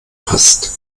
passt